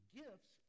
gifts